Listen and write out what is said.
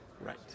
Right